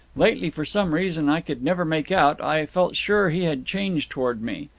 lately, for some reason i could never make out, i felt sure he had changed towards me.